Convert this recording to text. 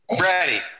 Ready